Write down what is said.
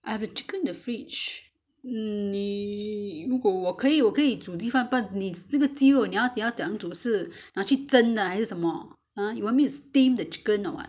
I have a chicken at the fridge 你如果我可以我可以煮鸡饭 but 你那个鸡肉你要怎样煮 you want me to steam the chicken or what